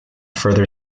further